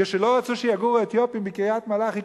כשלא רצו שיגורו אתיופים בקריית-מלאכי,